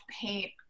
paint